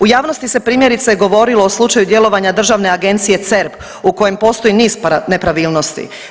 U javnosti se primjerice govorilo o slučaju djelovanja Državne agencije CERP u kojoj postoji niz nepravilnosti.